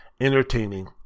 entertaining